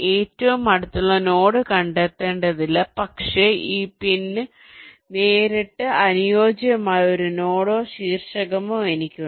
ഏറ്റവും അടുത്തുള്ള നോഡ് കണ്ടെത്തേണ്ടതില്ല പക്ഷേ ഈ പിൻക്ക് നേരിട്ട് അനുയോജ്യമായ ഒരു നോഡോ ശീർഷമോ എനിക്കുണ്ട്